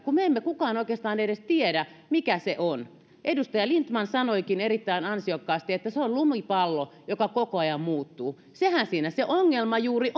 kun me me emme kukaan oikeastaan edes tiedä mikä se on edustaja lindtman sanoikin erittäin ansiokkaasti että se on lumipallo joka koko ajan muuttuu sehän siinä se ongelma juuri